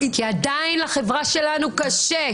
כי עדיין לחברה שלנו קשה,